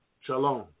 Shalom